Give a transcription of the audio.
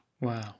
Wow